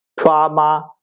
trauma